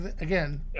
again